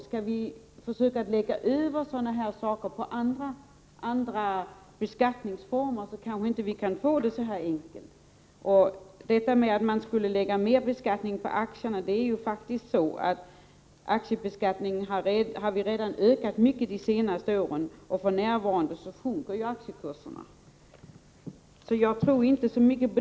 Skall vi försöka lägga över till andra beskattningsformer kanske vi inte kan få det så här enkelt. Att man skulle lägga mera beskattning på aktierna tror jag inte så mycket på, för det är faktiskt så att aktiebeskattningen redan har ökat kraftigt de senaste åren, och för närvarande sjunker också aktiekurserna.